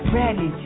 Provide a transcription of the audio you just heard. ready